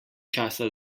časa